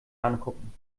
angucken